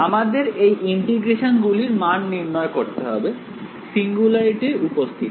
আমাদের এই ইন্টিগ্রেশন গুলির মান নির্ণয় করতে হবে সিঙ্গুলারিটির উপস্থিতিতে